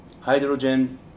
hydrogen